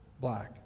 black